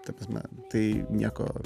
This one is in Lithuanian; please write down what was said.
ta prasme tai nieko